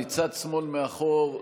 מצד שמאל מאחור,